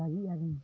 ᱞᱟᱹᱜᱤᱫ ᱟ ᱞᱤᱧ ᱠᱤᱝ ᱵᱟ